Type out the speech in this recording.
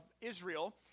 Israel